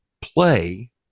play